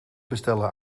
bestellen